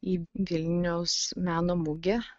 į vilniaus meno mugę